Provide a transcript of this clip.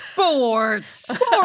Sports